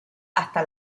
hasta